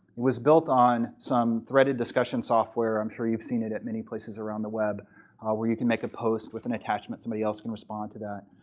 it was built on some threaded discussion software. i'm sure you've seen it at many places around the web where you can make a post with an attachment, and somebody else can respond to that.